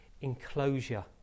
enclosure